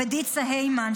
ודיצה הימן,